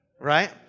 Right